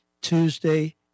Tuesday